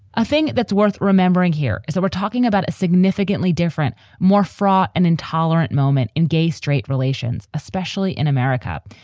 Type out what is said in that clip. ah think that's worth remembering here is that we're talking about a significantly different, more fraught and intolerant moment in gay straight relations, especially in america.